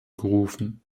gerufen